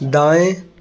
दाएँ